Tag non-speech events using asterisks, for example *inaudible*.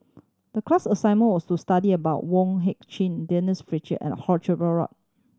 the class assignment was to study about Wong Heck Chew Denise Fletcher and *unintelligible* Run Run